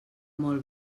molt